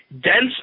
dense